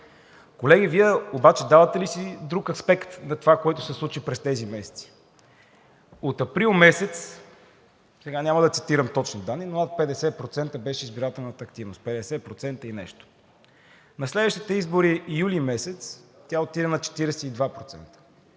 Колеги, Вие давате ли си друг аспект на това, което се случи през тези месеци? От април месец, сега няма да цитирам точни данни, но над 50% беше избирателната активност – 50% и нещо. На следващите избори юли месец тя отиде на 42%.